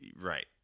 Right